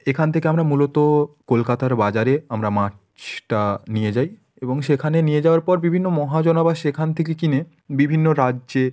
এখান থেকে আমরা মূলত কলকাতার বাজারে আমরা মাছটা নিয়ে যাই এবং সেখানে নিয়ে যাওয়ার পর বিভিন্ন মহাজন আবার সেখান থেকে কিনে বিভিন্ন রাজ্যে